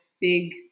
big